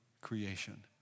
creation